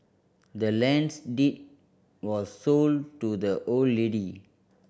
the land's deed was sold to the old lady